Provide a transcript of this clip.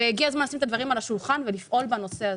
הגיע הזמן לשים את הדברים על השולחן ולפעול בנושא הזה.